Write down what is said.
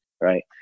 right